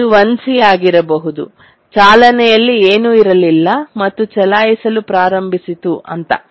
ಇದು 1C ಆಗಿರಬಹುದು ಚಾಲನೆಯಲ್ಲಿ ಏನೂ ಇರಲಿಲ್ಲ ಮತ್ತು ಚಲಾಯಿಸಲು ಪ್ರಾರಂಭಿಸಿತು ಅಂತ